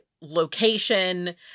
location